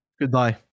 Goodbye